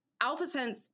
AlphaSense